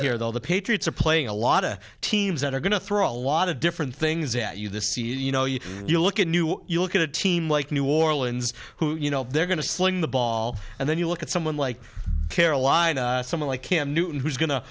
here though the patriots are playing a lot of teams that are going to throw a lot of different things at you this year you know you you look at new you look at a team like new orleans who you know they're going to sling the ball and then you look at someone like carolina someone like kim newton who's go